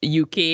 UK